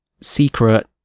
secret